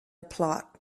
plot